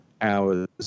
hours